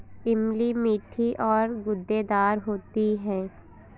इमली मीठी और गूदेदार होती है